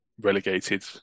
relegated